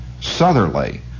southerly